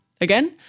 Again